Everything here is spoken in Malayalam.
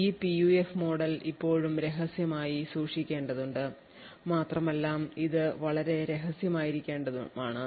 ഈ PUF മോഡൽ ഇപ്പോഴും രഹസ്യമായി സൂക്ഷിക്കേണ്ടതുണ്ട് മാത്രമല്ല ഇത് വളരെ രഹസ്യമായിരിക്കേണ്ടതുമാണ്